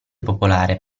popolare